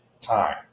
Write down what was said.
time